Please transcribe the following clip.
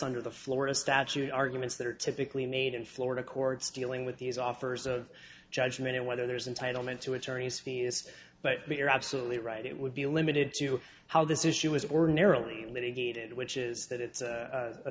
under the florida statute arguments that are typically made in florida courts dealing with these offers of judgment and whether there's entitlement to attorneys fees but you're absolutely right it would be limited to how this issue is ordinarily litigated which is that it's